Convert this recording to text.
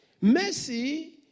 Mercy